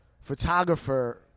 photographer